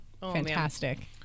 Fantastic